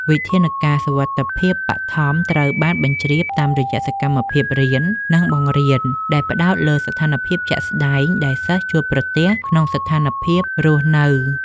វិធានការសុវត្ថិភាពបឋមត្រូវបានបញ្ជ្រាបតាមរយៈសកម្មភាពរៀន និងបង្រៀនដែលផ្ដោតលើស្ថានភាពជាក់ស្ដែងដែលសិស្សជួបប្រទះក្នុងជីវភាពរស់នៅ។